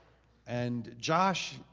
and, josh,